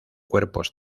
cuerpos